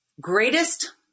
greatest